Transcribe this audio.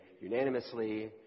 unanimously